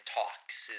talks